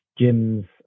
gyms